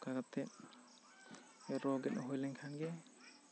ᱚᱱᱠᱟ ᱠᱟᱛᱮᱜ ᱨᱚ ᱜᱮᱫ ᱦᱩᱭ ᱞᱮᱠᱷᱟᱱ ᱜᱮ